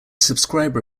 subscriber